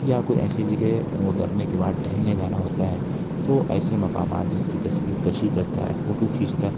یا کوئی ایسی جگہ اترنے کے بعد ٹہلنے جانا ہوتا ہے تو ایسے مقامات جس کی تصویر کشی کرتا ہے فوٹو کھینچتا ہے